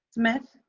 smith?